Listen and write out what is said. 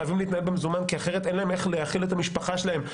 חייבים להתנהל במזומן כי אחרת אין להם איך להאכיל את המשפחה שלהם,